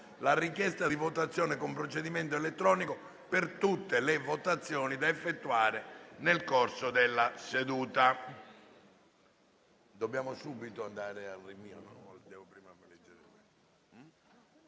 la richiesta di votazione con procedimento elettronico per tutte le votazioni da effettuare nel corso della seduta.